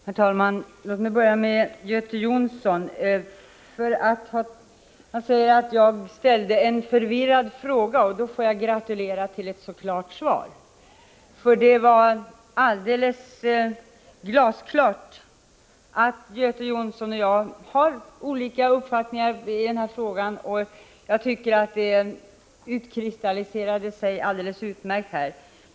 Herr talman! Låt mig börja med Göte Jonsson. Han säger att jag ställdeen 4 december 1985 förvirrad fråga. Då får jag gratulera till ett så klart svar! Det är alldeles glasklart att Göte Jonsson och jag har olika uppfattningar i den här frågan, och jag tycker att det har utkristalliserat sig alldeles utmärkt här.